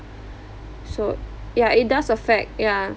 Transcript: so yeah it does affect ya